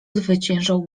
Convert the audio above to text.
zwyciężał